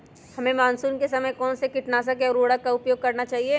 हमें मानसून के समय कौन से किटनाशक या उर्वरक का उपयोग करना चाहिए?